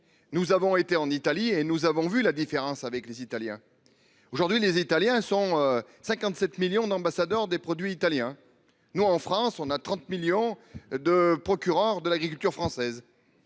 Nous avons été en Italie et nous avons vu la différence avec les Italiens. Aujourd'hui les italiens sont 57 millions d'ambassadeurs des produits italiens, nous en France on a 30 millions de procureur de l'agriculture française.